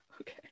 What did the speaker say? okay